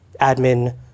admin